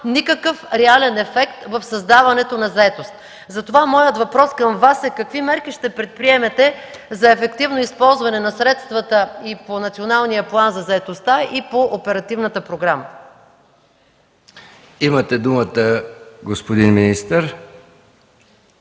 никакъв реален ефект в създаването на заетост. Моят въпрос към Вас е: какви мерки ще предприемете за ефективно използване на средствата и по Националния план за заетостта, и по оперативната програма? ПРЕДСЕДАТЕЛ МИХАИЛ МИКОВ: Имате думата, господин министър.